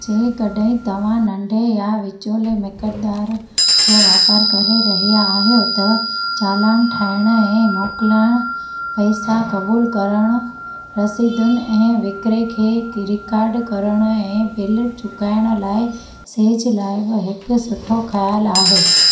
जेकॾहिं तव्हां नंढे या विचोले मकदार जो वापार करे रहिया आहियो त चालान ठाहिण ऐं मोकलण पैसा क़बूल करण रसीदुनि ऐं विक्रे खे रिकार्ड करण ऐं बिल चुकाइण लाइ सेज लाइ हिकु सुठो ख़्याल आहे